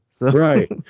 Right